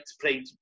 played